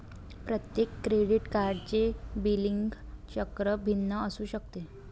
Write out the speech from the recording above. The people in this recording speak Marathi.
प्रत्येक क्रेडिट कार्डचे बिलिंग चक्र भिन्न असू शकते